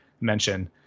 mention